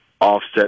offset